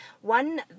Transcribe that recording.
One